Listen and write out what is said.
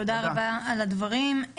תודה רבה על הדברים.